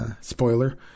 spoiler